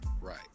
right